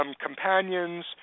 companions